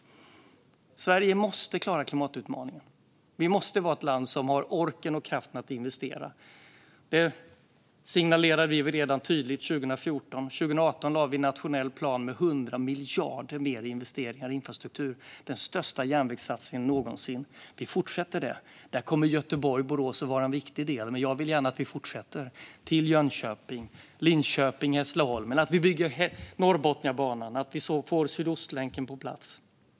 Sverige måste klara klimatutmaningen. Vi måste vara ett land som har orken och kraften att investera. Det signalerade vi tydligt redan 2014. År 2018 lade vi fram en nationell plan med 100 miljarder mer i investeringar i infrastruktur, den största järnvägssatsningen någonsin. Vi fortsätter det. Göteborg-Borås kommer att vara en viktig del. Men jag vill gärna att vi fortsätter, till Jönköping, Linköping och Hässleholm. Jag vill att vi bygger Norrbotniabanan och att vi får Sydostlänken på plats.